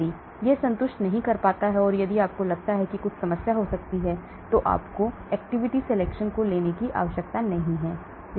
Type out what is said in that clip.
यदि यह संतुष्ट नहीं करता है और यदि आपको लगता है कि कुछ समस्या हो सकती है तो आपको activity selection को लेने की आवश्यकता नहीं है